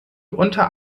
unter